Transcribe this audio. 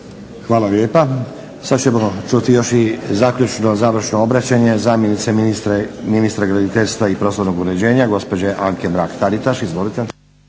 Hvala lijepa. Sad ćemo čuti još i zaključno, završno obraćanje zamjenice ministra graditeljstva i prostornog uređenja. Gospođe Anke Mrak Taritaš.